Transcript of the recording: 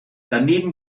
daneben